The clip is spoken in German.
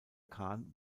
kahn